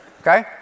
okay